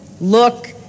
look